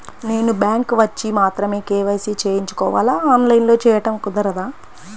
నేను బ్యాంక్ వచ్చి మాత్రమే కే.వై.సి చేయించుకోవాలా? ఆన్లైన్లో చేయటం కుదరదా?